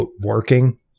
working